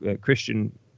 Christian